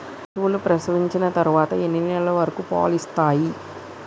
పశువులు ప్రసవించిన తర్వాత ఎన్ని నెలల వరకు పాలు ఇస్తాయి?